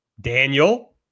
Daniel